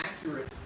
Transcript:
accurate